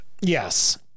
Yes